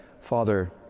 Father